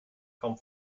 kaum